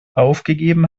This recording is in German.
aufgegeben